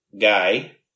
guy